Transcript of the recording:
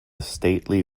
stately